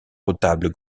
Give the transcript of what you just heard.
retables